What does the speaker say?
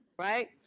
right?